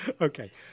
okay